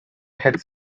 had